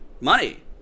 money